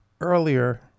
Earlier